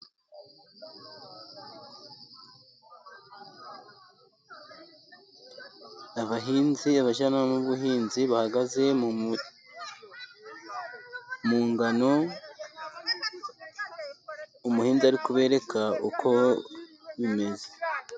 Abahinzi, abajyanama b'ubuhinzi bahagaze mu ngano umuhinzi ari kubereka uko bimeze.